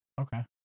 okay